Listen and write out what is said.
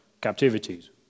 captivities